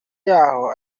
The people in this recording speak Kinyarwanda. yaho